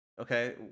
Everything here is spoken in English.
Okay